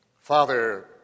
Father